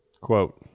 quote